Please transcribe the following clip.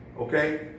Okay